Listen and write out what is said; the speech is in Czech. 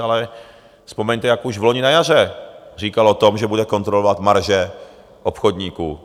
Ale vzpomeňte, jak už vloni na jaře říkal o tom, že bude kontrolovat marže obchodníků.